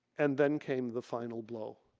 and then came the final blow.